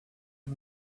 and